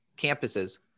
campuses